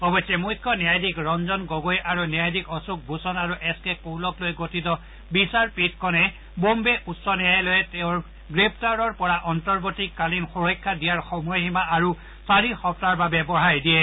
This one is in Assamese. অৱশ্যে মুখ্য ন্যায়াধীশ ৰঞ্জন গগৈ আৰু ন্যায়াধীশ অশোক ভূষণ আৰু এছ কে কৌলক লৈ গঠিত বিচাৰপীঠখনে বোম্বে উচ্চ ন্যায়ালয়ে তেওঁক গ্ৰেপ্তাৰৰ পৰা অন্তৱৰ্তীকালীন সুৰক্ষা দিয়াৰ সময়সীমা আৰু চাৰি সপ্তাহৰ বাবে বঢ়াই দিছে